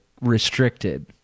restricted